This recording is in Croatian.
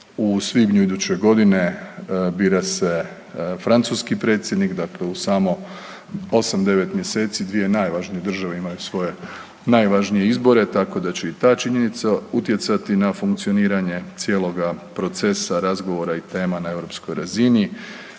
u svibnju iduće godine bira se francuski predsjednik, dakle u samo osam, devet mjeseci dvije najvažnije države imaju svoje najvažnije izbore tako da će i ta činjenica utjecati na funkcioniranje cijeloga procesa, razgovora i tema na europskoj razini.